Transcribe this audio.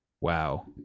Wow